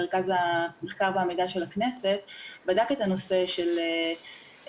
מרכז המחקר והמידע של הכנסת בדק את הנושא של השיחות